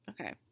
Okay